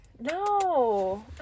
no